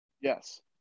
Yes